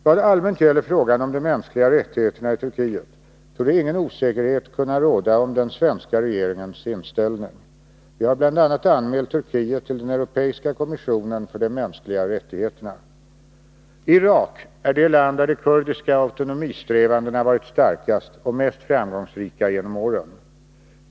Vad allmänt gäller frågan om de mänskliga rättigheterna i Turkiet torde ingen osäkerhet kunna råda om den svenska regeringens inställning. Vi har bl.a. anmält Turkiet till den europeiska kommissionen för de mänskliga rättigheterna. Irak är det land där de kurdiska autonomisträvandena varit starkast och mest framgångsrika genom åren.